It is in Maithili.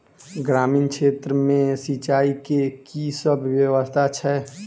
ग्रामीण क्षेत्र मे सिंचाई केँ की सब व्यवस्था छै?